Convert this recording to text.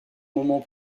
moment